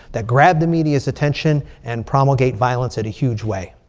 that grabbed the media's attention and promulgate violence in a huge way.